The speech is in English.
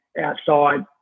outside